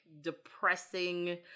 depressing